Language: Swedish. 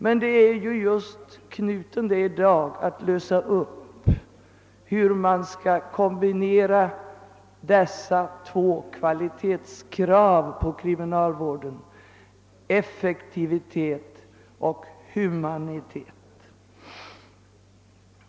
Men knuten att lösa är ju hur man skall kombinera dessa två kvalitetskrav på kriminalvårdens område, effektivitet och humanitet.